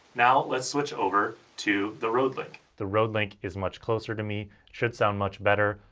now, let's switch over to the rodelink. the rodelink is much closer to me, should sound much better.